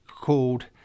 called